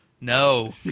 No